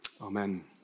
Amen